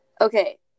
Okay